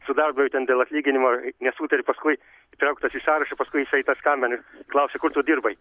su darbu ir ten dėl atlyginimo nesutari paskui įtrauktas į sąrašą paskui jisai paskambino klausė kur tu dirbai